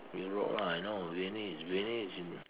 Europe lah you know Venice Venice is in